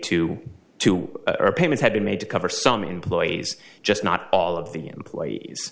two payments had been made to cover some employees just not all of the employees